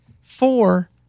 Four